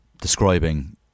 describing